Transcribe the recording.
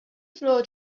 floor